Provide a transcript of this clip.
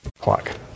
Clock